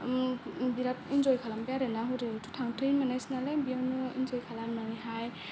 बिरात इनजय खालामबाय आरोना हरैथ' थांथायनो मोनासै नालाय बियावनो इनजय खालामनानैहाय